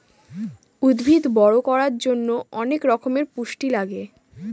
উদ্ভিদ বড়ো করার জন্য অনেক রকমের পুষ্টি লাগে